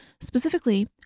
specifically